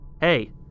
hey